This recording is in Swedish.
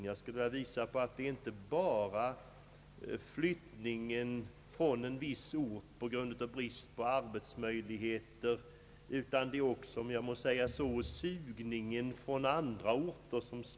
Det är inte bara fråga om en utflyttning från en viss ort på grund av brist på arbetsmöjligheter, utan det är även fråga om en »sugning» ifrån andra orter.